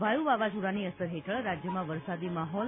વાયુ વાવાઝોડાની અસર હેઠળ રાજ્યમાં વરસાદી માહોલ